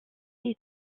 est